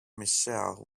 michelle